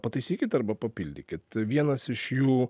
pataisykit arba papildykit vienas iš jų